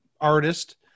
artist